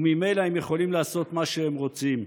וממילא הם יכולים לעשות מה שהם רוצים.